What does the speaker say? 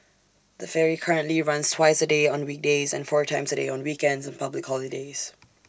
the ferry currently runs twice A day on weekdays and four times A day on weekends and public holidays